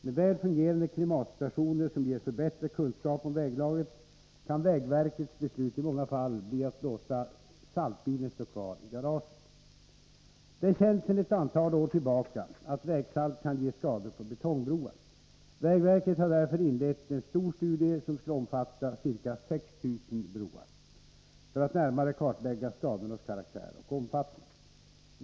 Med väl fungerande klimatstationer som ger förbättrad kunskap om väglaget kan vägverkets beslut i många fall bli att låta saltbilen stå kvar i garaget. Det är känt sedan ett antal år tillbaka att vägsalt kan ge skador på betongbroar. Vägverket har därför inlett en stor studie, som skall omfatta ca 6 000 broar, för att närmare kartlägga skadornas karaktär och omfattning.